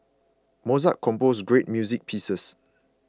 Mozart composed great music pieces